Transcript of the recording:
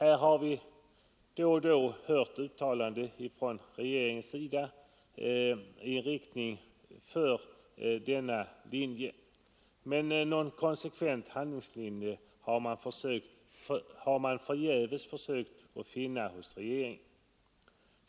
Vi har då och då hört uttalanden från regeringens sida för en sådan överflyttning, men man har förgäves försökt finna någon konsekvent handlingslinje hos regeringen.